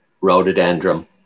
rhododendron